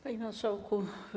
Panie Marszałku!